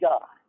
God